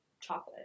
chocolate